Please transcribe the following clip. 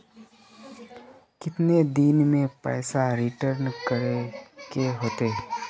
कितने दिन में पैसा रिटर्न करे के होते?